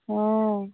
ହୁଁ